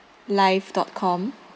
live dot com